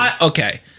okay